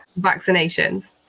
vaccinations